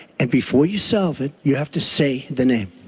and before you solve it, you have to say the name.